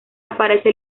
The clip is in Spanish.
aparece